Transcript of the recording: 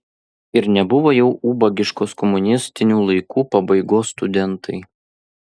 ir nebuvo jau ubagiškos komunistinių laikų pabaigos studentai